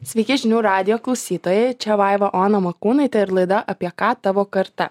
sveiki žinių radijo klausytojai čia vaiva ona morkūnaitė ir laida apie ką tavo karta